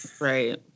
Right